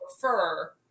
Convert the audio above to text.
prefer